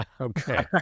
Okay